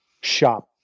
shop